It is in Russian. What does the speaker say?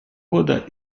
года